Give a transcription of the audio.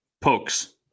Pokes